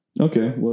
Okay